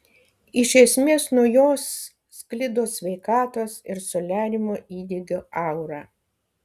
iš esmės nuo jos sklido sveikatos ir soliariumo įdegio aura